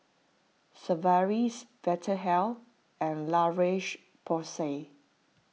Sigvaris Vitahealth and La Roche Porsay